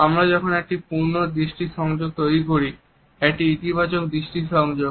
আমরা যখন একটি পূর্ণ দৃষ্টি সংযোগ তৈরি করি একটি ইতিবাচক দৃষ্টি সংযোগ